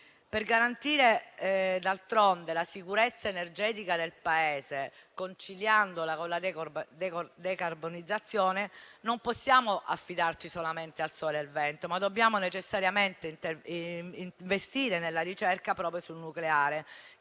Per garantire, d'altronde, la sicurezza energetica del Paese, conciliandola con la decarbonizzazione, non possiamo affidarci solamente al sole e al vento. Ma dobbiamo necessariamente investire nella ricerca proprio sul nucleare,